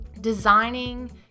designing